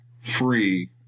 free